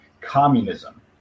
communism